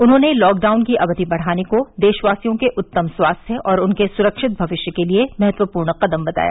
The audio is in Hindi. उन्होंने लॉकडाउन की अवधि बढ़ाने को देशवासियों के उत्तम स्वास्थ्य और उनके स्रक्षित भविष्य के लिए महत्वपूर्ण कदम बताया